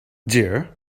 dear